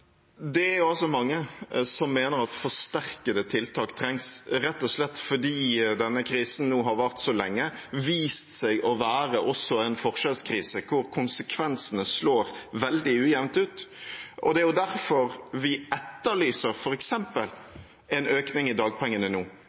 Det er mange som mener at forsterkede tiltak trengs, rett og slett fordi denne krisen nå har vart så lenge, den har vist seg også å være en forskjellskrise der konsekvensene slår veldig ujevnt ut. Det er derfor vi etterlyser f.eks. en økning i dagpengene nå,